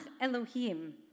Elohim